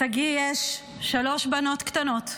לשגיא יש שלוש בנות קטנות,